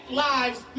lives